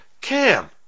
cam